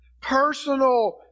personal